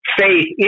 faith